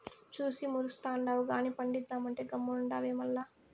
చూసి మురుస్తుండావు గానీ పండిద్దామంటే గమ్మునుండావే మల్ల